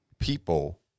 People